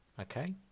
okay